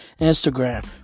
Instagram